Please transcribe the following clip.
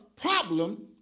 problem